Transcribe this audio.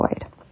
avoid